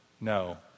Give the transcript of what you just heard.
No